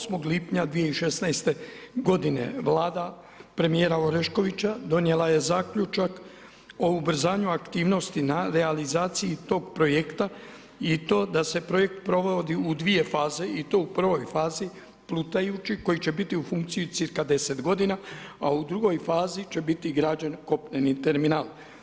8. lipnja 2016. g. Vlada premijera Oreškovića donijela je zaključak o ubrzanju aktivnosti na realizaciji tog projekta i to da se projekt provodi u dvije fazi i to u prvoj fazi plutajući, koji će biti u funkciji cca 10 g., a u drugoj fazi će biti kopneni terminal.